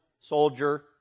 soldier